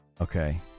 okay